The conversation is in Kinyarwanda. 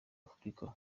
afurika